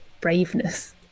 braveness